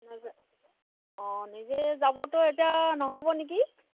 অঁ নিজে যাবতো এতিয়া নহ'ব নেকি